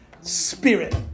spirit